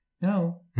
no